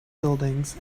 buildings